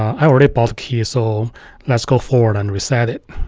i already bought key, so let's go forward and reset it.